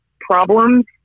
problems